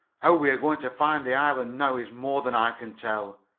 how we're going to find the island now is more than i can tell!